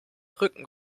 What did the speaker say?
rücken